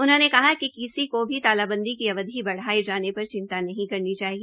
उन्होंने कहा कि किसी को भी तालाबंदी की अवधि बढ़ाये जाने पर चिंता नहीं करनी चाहिए